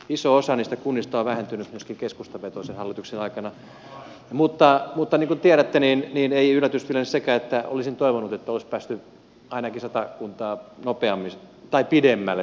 iso osa niistä kunnista on vähentynyt myöskin keskustavetoisen hallituksen aikana mutta niin kuin tiedätte ei yllätys kyllä ole sekään olisin toivonut että olisi päästy ainakin sata kuntaa pidemmälle tässä asiassa